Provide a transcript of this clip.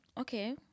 Okay